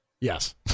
yes